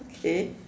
okay